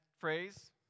phrase